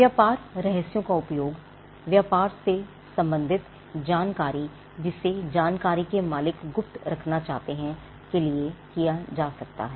व्यापार रहस्यों का उपयोग व्यापार से संबंधित जानकारी जिसे जानकारी के मालिक गुप्त रखना चाहते हैं के लिए किया जा सकता है